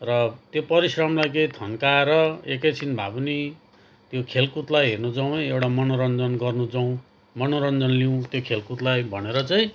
र त्यो परिश्रमलाई केही थन्काएर एकैछिन भए पनि त्यो खेलकुदलाई हेर्नु जाउँ है एउटा मनोरञ्जन गर्नु जाउँ मनोरञ्जन लिउँ त्यो खेलकुदलाई भनेर चाहिँ